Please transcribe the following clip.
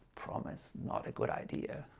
promise, not a good idea